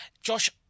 Josh